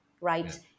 right